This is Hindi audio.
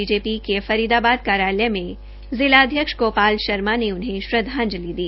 बीजेपी के फरीदाबाद कार्यालय में जिलाध्यक्ष गोपाल शर्मा ने उन्हें श्रद्वांजलि दी